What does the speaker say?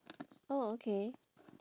oh okay